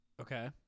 Okay